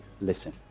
listen